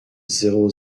zéro